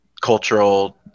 cultural